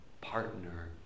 partner